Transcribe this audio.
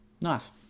nice